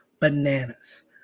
bananas